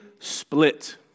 Split